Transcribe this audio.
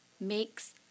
makes